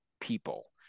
people